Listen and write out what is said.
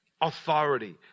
Authority